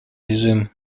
режим